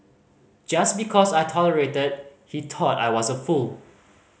just because I tolerated he thought I was a fool